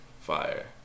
Fire